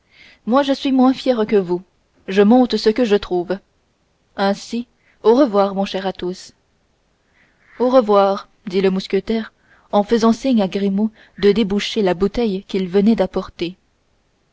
moi je suis moins fier que vous je monte ce que je trouve ainsi au revoir mon cher athos au revoir dit le mousquetaire en faisant signe à grimaud de déboucher la bouteille qu'il venait d'apporter